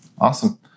Awesome